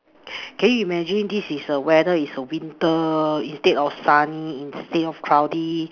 can you imagine this is a weather is a winter instead of sunny instead of cloudy